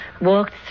walked